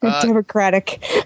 Democratic